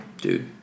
Dude